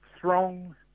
throng